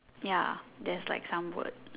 ya there is like some words